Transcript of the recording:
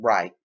Right